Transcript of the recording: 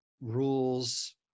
rules